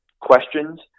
questions